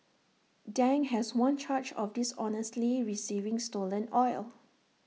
Dang has one charge of dishonestly receiving stolen oil